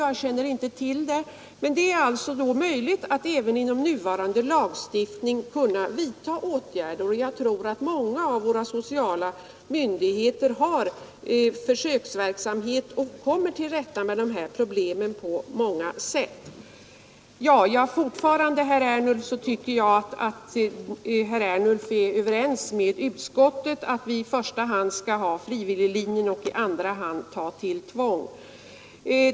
Jag känner =— inte till den saken, men då är det alltså möjligt att även med nuvarande lagstiftning vidta åtgärder. Jag tror att många av våra sociala myndigheter mycket enkelt. Men eftersom problemet är så komplicerat att det i ena fallet kan behövas hjälp av ett slag och i andra fallet av ett annat slag, kan bedriver försöksverksamhet och också på många sätt kommer till rätta med dessa problem. Jag tycker fortfarande att herr Ernulf är överens med utskottet, att vi i första hand skall ha frivilliglinjen och i andra hand ta till tvång.